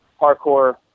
parkour